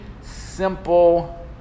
simple